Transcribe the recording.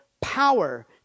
power